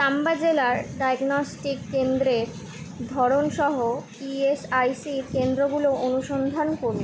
চাম্বা জেলার ডায়াগনস্টিক কেন্দ্রের ধরনসহ ইএসআইসি কেন্দ্রগুলো অনুসন্ধান করুন